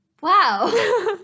Wow